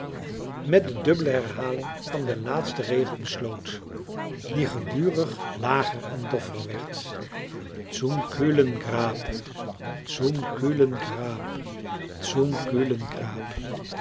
met de dubbele herhaling van den laatsten regel besloot die gedurig lager en doffer werd zum kühlen grab zum kühlen grab zum kühlen